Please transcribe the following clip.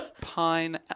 Pine